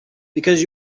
because